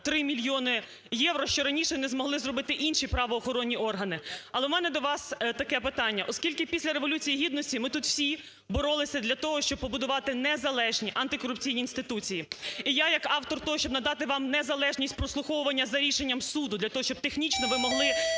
3 мільйони євро, що раніше не змогли зробити інші правоохоронні органи. Але в мене до вас таке питання. Оскільки після Революції Гідності ми тут всі боролися для того, щоб побудувати незалежні антикорупційні інституції. І я як автор того, щоб надати вам незалежність прослуховування за рішенням суду для того, щоб технічно ви могли